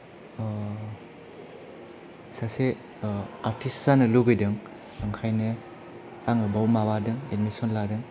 सासे आर्तिस्त जानो लुगैदों ओंखायनो आङो बेव माबादों एदमिसन लादों